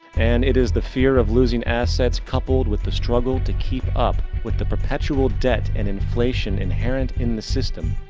and it is the fear of loosing assets, coupled with the struggle to keep up with the perpetual debt and inflation inherent in the system,